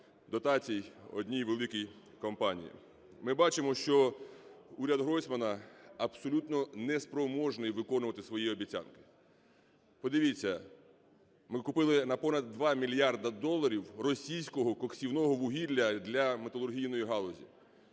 Ми бачимо, що уряд Гройсмана абсолютно неспроможний виконувати свої обіцянки. Подивіться, ми купили на понад 2 мільярда доларів російського коксівного вугілля для металургійної галузі.